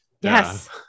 yes